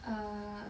err